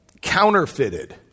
counterfeited